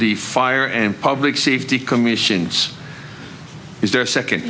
the fire and public safety commissions is their second